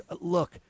look